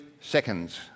seconds